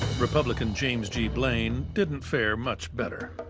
republican james g. blaine, didn't fare much better.